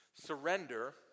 Surrender